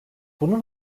bunun